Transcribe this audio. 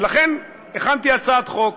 ולכן הכנתי הצעת חוק,